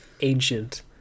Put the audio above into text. ancient